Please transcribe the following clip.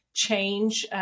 change